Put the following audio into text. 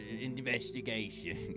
investigation